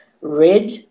red